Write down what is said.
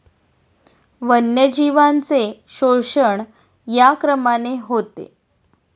वन्यजीवांचे शोषण या क्रमाने होते